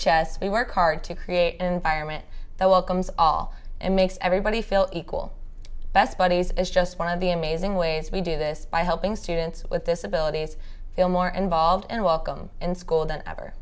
h s we work hard to create an environment that welcomes all and makes everybody feel equal best buddies is just one of the amazing ways we do this by helping students with disabilities feel more involved and welcome in school than ever